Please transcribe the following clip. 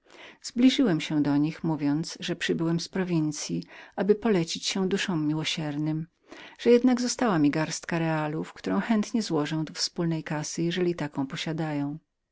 zbliżyłem się do nich mówiąc że przybyłem z prowincyi aby polecić się miłosierdziu boskiemu że jednak została mi garstka miedziaków którą chętnie złożę do wspólnej kassy jeżeli takową posiadają